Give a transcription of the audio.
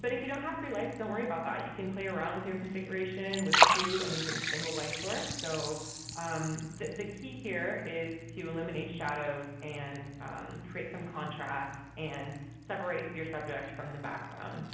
but if you don't have three lights don't worry about that. you can play around with your configuration with two, and even a single light source. so um the key here is to eliminate shadows and create some contrast and separate your subject from the background